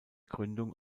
gründung